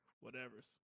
Whatever's